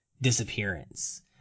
disappearance